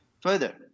Further